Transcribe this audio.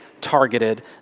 targeted